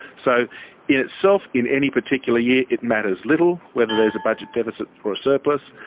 so in itself in any particular year it matters little whether there is a budget deficit or a surplus,